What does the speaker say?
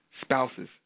spouses